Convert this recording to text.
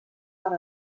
per